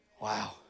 Wow